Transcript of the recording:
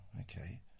okay